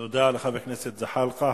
תודה לחבר הכנסת זחאלקה.